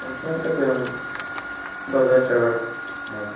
স্যামসংয়েরটা কেমন দশ হাজার টাকার দাম